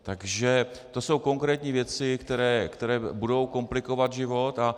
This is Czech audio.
Takže to jsou konkrétní věci, které budou komplikovat život.